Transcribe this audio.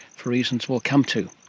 for reasons we'll come to.